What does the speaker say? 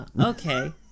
Okay